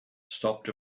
stopped